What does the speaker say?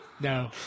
No